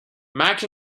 mac